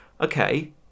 okay